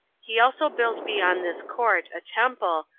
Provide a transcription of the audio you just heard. he also built beyond this court a temple,